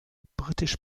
britisch